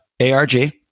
ARG